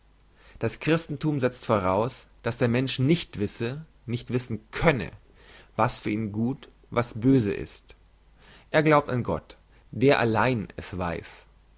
das christenthum setzt voraus dass der mensch nicht wisse nicht wissen könne was für ihn gut was böse ist er glaubt an gott der allein es weiss